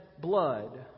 blood